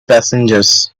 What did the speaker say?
passengers